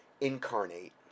incarnate